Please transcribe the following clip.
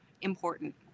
important